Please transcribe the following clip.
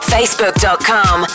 Facebook.com